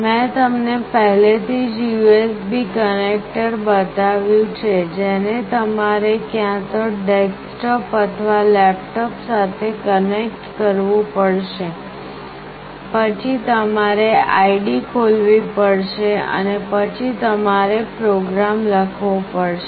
મેં તમને પહેલેથી જ USB કનેક્ટર બતાવ્યું છે જેને તમારે ક્યાં તો ડેસ્કટોપ અથવા લેપટોપ સાથે કનેક્ટ કરવું પડશે પછી તમારે ID ખોલવી પડશે અને પછી તમારે પ્રોગ્રામ લખવો પડશે